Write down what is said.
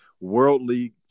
worldly